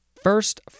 First